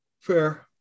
Fair